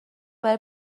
برای